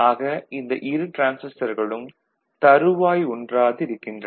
ஆக இந்த இரு டிரான்சிஸ்டர்களும் தறுவாய் ஒன்றாது இருக்கின்றன